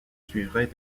suivrait